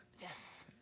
Yes